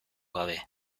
gabe